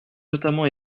notamment